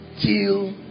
till